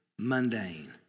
mundane